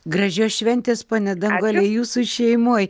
gražios šventės pone danguole jūsų šeimoj